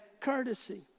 courtesy